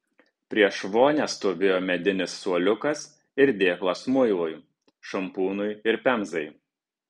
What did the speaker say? prieš vonią stovėjo medinis suoliukas ir dėklas muilui šampūnui ir pemzai